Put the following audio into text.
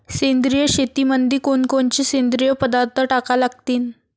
सेंद्रिय शेतीमंदी कोनकोनचे सेंद्रिय पदार्थ टाका लागतीन?